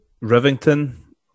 Rivington